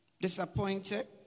disappointed